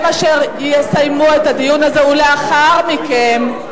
הם אשר יסיימו את הדיון הזה, ולאחר מכן,